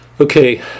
Okay